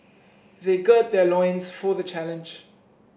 they gird their loins for the challenge